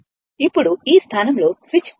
ఇప్పుడు చాలా కాలం నుండి స్విచ్ ఈ స్థానంలో ఉంది